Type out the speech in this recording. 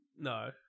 No